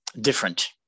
different